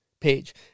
page